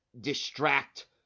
distract